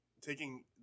taking